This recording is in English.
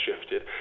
shifted